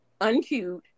uncute